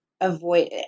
avoid